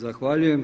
Zahvaljujem.